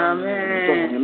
Amen